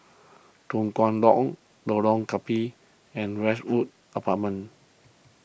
Tua Kong Long Lorong Gambir and Westwood Apartments